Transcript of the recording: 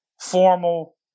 formal